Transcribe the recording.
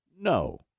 No